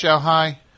hi